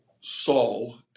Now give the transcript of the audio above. Saul